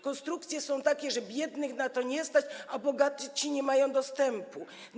Konstrukcje są takie, że biednych na to nie stać, a bogaci nie mają dostępu.